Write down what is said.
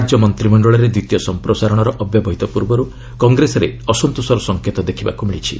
ରାଜ୍ୟ ମନ୍ତ୍ରିମଣ୍ଡଳରେ ଦ୍ୱିତୀୟ ସମ୍ପ୍ରସାରଣର ଅବ୍ୟବହିତ ପୂର୍ବରୁ କଂଗ୍ରେସରେ ଅସନ୍ତୋଷର ସଂକେତ ଦେଖିବାକୁ ମିଳିଛି